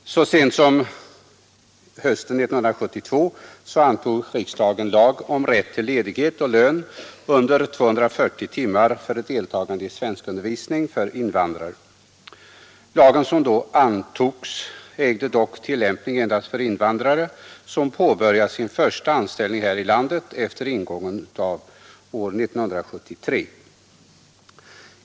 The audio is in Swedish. Herr talman! Så sent som hösten 1972 antog riksdagen en lag om rätt till ledighet och lön under 240 timmar för deltagande i svenskundervisning för invandrare. Lagen ägde dock tillämpning endast för invandrare som påbörjat sin första anställning här i landet efter ingången av år 1973.